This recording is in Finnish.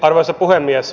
arvoisa puhemies